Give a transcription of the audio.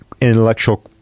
intellectual